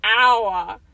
hour